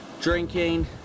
drinking